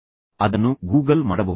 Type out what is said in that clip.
ನೀವು ಅದನ್ನು ಸುಲಭವಾಗಿ ಗೂಗಲ್ ಮಾಡಬಹುದು